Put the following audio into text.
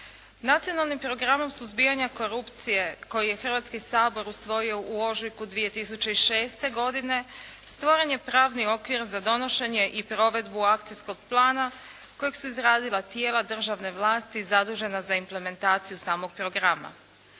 Nacionalnim programom suzbijanja korupcije koji je Hrvatski sabor usvojio u ožujku 2006. godine stvoren je pravni okvir za donošenje i provedbu akcijskog plana kojeg su izradila tijela državne vlasti zadužena za implementaciju samog programa.